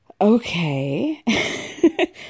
Okay